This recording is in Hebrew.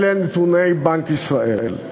אלה נתוני בנק ישראל.